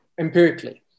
empirically